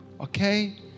Okay